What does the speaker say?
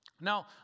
Now